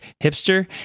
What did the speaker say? hipster